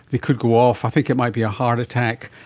they could go off, i think it might be a heart attack,